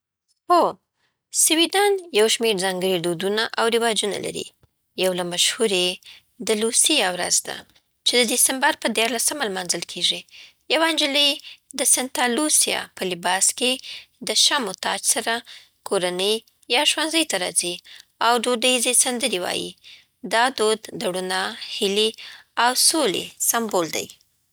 هو، سویډن یو شمېر ځانګړي دودونه او رواجونه لري. یو له مشهورو یې د لوسیا ورځ ده، چې د ډېسمبر په ديارلسمه لمانځل کېږي. یوه نجلۍ د سنتا لوسیا په لباس کې، د شمعو تاج سره، کورنۍ یا ښوونځي ته راځي او دودیزې سندرې وايي. دا دود د رڼا، هیلې او سولې سمبول دی.